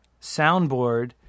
soundboard